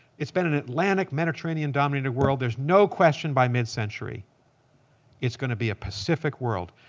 it's been an atlantic mediterranean dominated world. there's no question by mid-century it's going to be a pacific world.